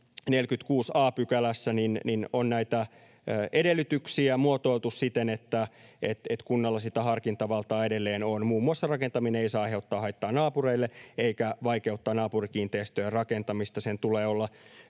46 a §:ssä on näitä edellytyksiä muotoiltu siten, että kunnalla sitä harkintavaltaa edelleen on. Muun muassa rakentaminen ei saa aiheuttaa haittaa naapureille eikä vaikeuttaa naapurikiinteistöjen rakentamista, sen tulee olla